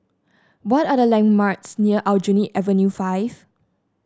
what are the landmarks near Aljunied Avenue Five